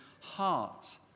heart